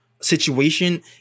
situation